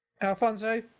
Alfonso